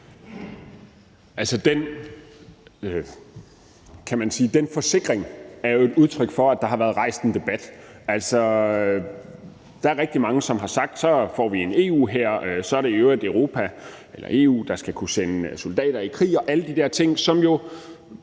man sige, er jo et udtryk for, at der har været rejst en debat. Der er rigtig mange, som har sagt, at så får vi en EU-hær, og så er det i øvrigt EU, der skal kunne sende soldater i krig, og alle de der ting, som jo